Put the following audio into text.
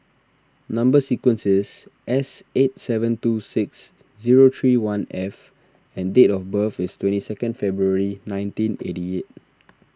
Number Sequence is S eight seven two six zero three one F and date of birth is twenty second February nineteen eighty eight